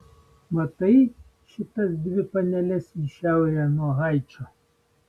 matai šitas dvi paneles į šiaurę nuo haičio